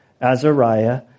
Azariah